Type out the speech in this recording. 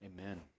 Amen